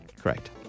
Correct